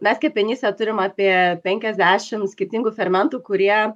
mes kepenyse turim apie penkiasdešim skirtingų fermentų kurie